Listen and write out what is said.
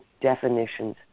definitions